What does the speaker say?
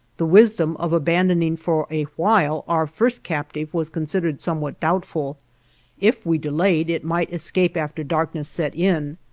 the wisdom of abandoning for a while our first captive was considered somewhat doubtful if we delayed it might escape after darkness set in,